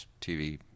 TV